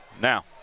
now